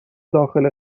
داخل